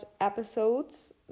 episodes